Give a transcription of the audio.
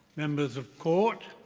members of court,